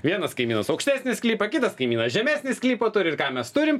vienas kaimynas aukštesnį sklypą kitas kaimynas žemes sklypą turi ir ką mes turim